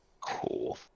Cool